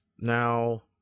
now